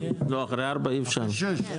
מה שאנחנו יכולים להציע הוא שהנושא הזה של ריכוז ההודעות